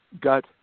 got